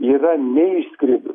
yra neišskridus